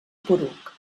poruc